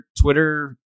Twitter